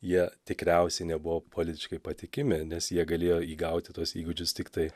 jie tikriausiai nebuvo politiškai patikimi nes jie galėjo įgauti tuos įgūdžius tiktai